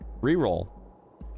re-roll